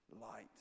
light